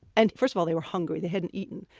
and first of all, they were hungry. they hadn't eaten,